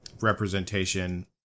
representation